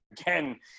again